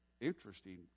interesting